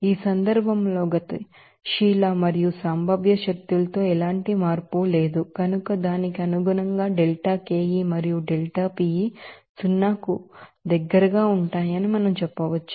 ఈ సందర్భంలో kinetic energy మరియు పొటెన్షియల్ ఎనెర్జిలో ఎలాంటి మార్పు లేదు కనుక దానికి అనుగుణంగా delta KE మరియు delta PE సున్నాకు దగ్గరగా ఉంటాయని మనం చెప్పవచ్చు